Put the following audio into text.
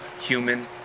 human